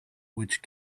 which